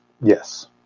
yes